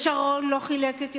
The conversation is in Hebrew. ושרון לא חילק את ירושלים,